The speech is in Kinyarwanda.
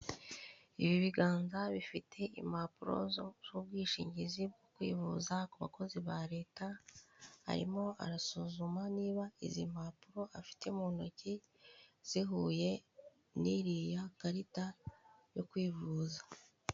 Ibi biganza bifite impapuro z'ubwishingizi bwo kwivuza, ku bakozi ba leta. Arimo arasuzuma niba izi mpapuro afite mu ntoki zihuye n'iriya karita yo kwivuza.